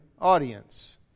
audience